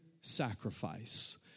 sacrifice